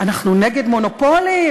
אנחנו נגד מונופולים,